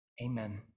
amen